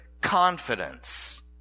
confidence